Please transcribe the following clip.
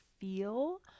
feel